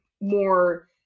more